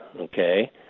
okay